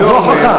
זה הוכחה.